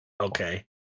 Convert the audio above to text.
Okay